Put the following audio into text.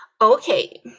Okay